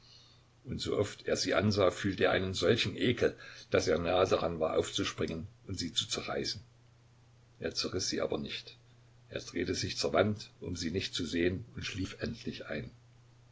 und sooft er sie ansah fühlte er einen solchen ekel daß er nahe daran war aufzuspringen und sie zu zerreißen er zerriß sie aber nicht er drehte sich zur wand um sie nicht zu sehen und schlief endlich ein